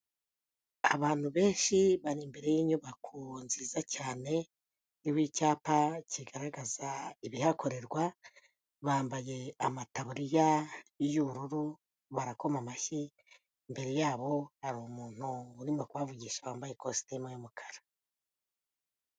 Abantu benshi bari imbere y'inyubako nziza cyane iriho icyapa kigaragaza ibihakorerwa, bambaye amataburiya y'ubururu, barakoma amashyi, imbere yabo hari umuntu urimo kubavugisha wambaye ikositime y'umukara.